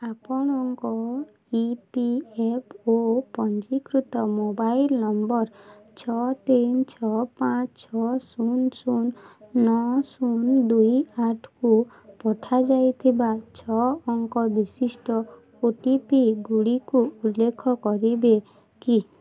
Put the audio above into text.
ଆପଣଙ୍କ E P F O ପଞ୍ଜୀକୃତ mobile number ଛଅ ତିନ ଛଅ ପାଞ୍ଚ ଛଅ ଶୂନ ଶୂନ ନଅ ଶୂନ ଦୁଇ ଆଠକୁ ପଠାଯାଇଥିବା ଛଅ ଅଙ୍କ ବିଶିଷ୍ଟ ଓ ଟି ପି ଗୁଡ଼ିକୁ ଉଲ୍ଲେଖ କରିବେ କି